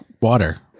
water